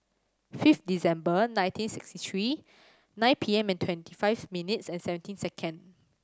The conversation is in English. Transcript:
fifth December nineteen sixty three nine P M and twenty five minutes and seventeen seconds